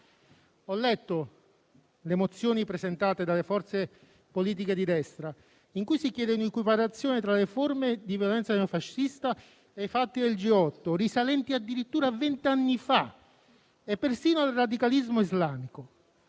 Ho letto le mozioni presentate dalle forze politiche di destra, in cui si chiede un'equiparazione tra le forme di violenza neofascista e i fatti del G8, risalenti addirittura a venti anni fa e persino al radicalismo islamico.